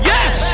Yes